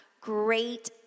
great